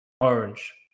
orange